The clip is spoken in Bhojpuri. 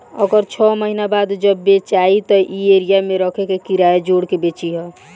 अगर छौ महीना बाद जब बेचायी त ए एरिया मे रखे के किराया जोड़ के बेची ह